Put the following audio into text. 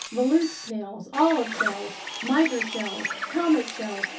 volute snails, olive shells, miter shells, helmet shells,